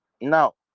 Now